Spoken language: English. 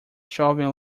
shoving